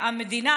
המדינה,